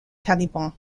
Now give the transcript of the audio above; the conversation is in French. taliban